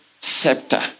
scepter